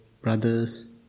brothers